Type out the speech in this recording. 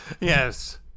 Yes